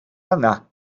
yna